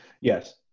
Yes